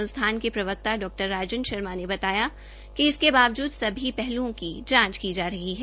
संस्थान के प्रवक्ता डा राजन शर्मा ने बताया कि इसके बावजूद सभी पहलुओं पर जांच हो रही है